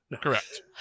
Correct